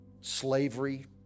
slavery